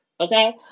okay